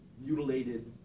mutilated